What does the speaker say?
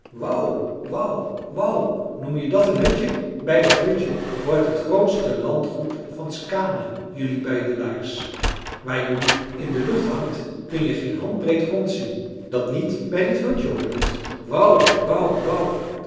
wou wou wou noem je dàt een hutje bij dat hutje hoort het grootste landgoed van skaane jelui bedelaars waar jelui in de lucht hangt kun je geen handbreed grond zien dat niet bij dit hutje hoort wou wou wou